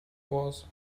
was